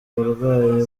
uburwayi